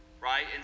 right